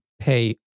pay